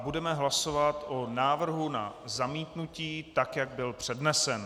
Budeme hlasovat o návrhu na zamítnutí, tak jak byl přednesen.